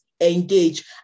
engage